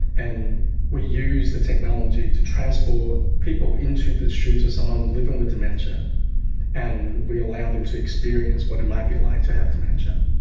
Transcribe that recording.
and we use the technology to transport people into the shoes of someone living with dementia and we allow them to experience what it might be like to have dementia.